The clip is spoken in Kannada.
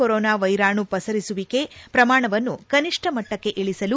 ಕೊರೊನಾ ವೈರಾಣು ಪಸರಿಸುವಿಕೆ ಪ್ರಮಾಣವನ್ನು ಕನಿಷ್ಟ ಮಟ್ಟಕ್ಕೆ ಇಳಿಸಲು